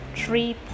three